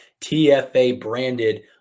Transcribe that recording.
TFA-branded